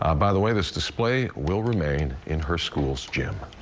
ah by the way, this display will remain in her school's gym.